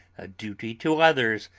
a duty to others,